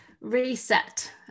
reset